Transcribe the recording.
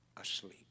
asleep